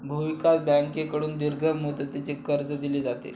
भूविकास बँकेकडून दीर्घ मुदतीचे कर्ज दिले जाते